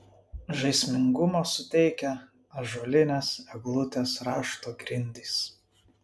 žaismingumo suteikia ąžuolinės eglutės rašto grindys